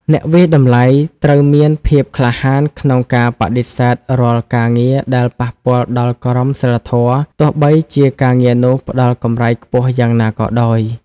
អ្នកវាយតម្លៃត្រូវមានភាពក្លាហានក្នុងការបដិសេធរាល់ការងារដែលប៉ះពាល់ដល់ក្រមសីលធម៌ ទោះបីជាការងារនោះផ្តល់កម្រៃខ្ពស់យ៉ាងណាក៏ដោយ។